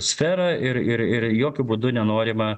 sferą ir ir ir jokiu būdu nenorima